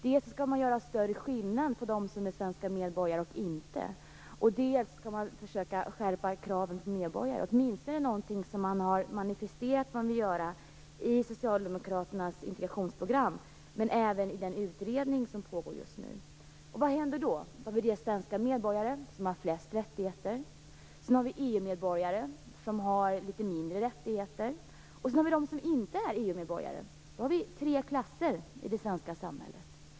Dels skall man göra större skillnad på dem som är svenska medborgare och dem som inte är det, dels skall man försöka skärpa kraven för medborgarskap. Det är åtminstone något som man har manifesterat att man vill göra i Socialdemokraternas integrationsprogram, men även i den utredning som pågår just nu. Vad händer då? Då har vi svenska medborgare, som har flest rättigheter. Sedan har vi EU medborgare, som har litet färre rättigheter. Och sedan har vi dem som inte är EU-medborgare. Då har vi tre klasser i det svenska samhället.